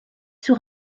sur